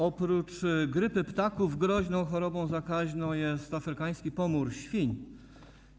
Oprócz grypy ptaków groźną chorobą zakaźną jest afrykański pomór świń.